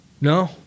No